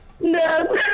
No